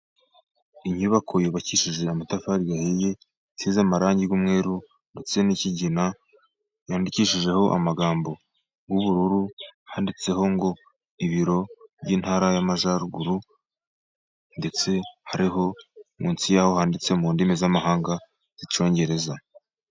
Inyubako yubakishije amatafari ahiye. Isize amarangi y'umweru ndetse n'ikigina. Yandikishijeho amagambo y'ubururu. Handitseho ngo:" Ibiro by'Intara y'Amajyaruguru". Ndetse hari aho munsi y'aho handitse mu rurimi rw'amahanga rw'Icyongereza.